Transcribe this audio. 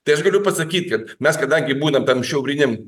tai aš galiu pasakyt kad mes kadangi būnam tam šiauriniam